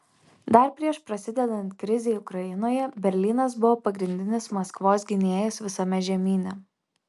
dar prieš prasidedant krizei ukrainoje berlynas buvo pagrindinis maskvos gynėjas visame žemyne